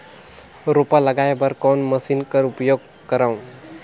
रोपा लगाय बर कोन मशीन कर उपयोग करव?